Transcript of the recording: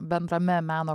bendrame meno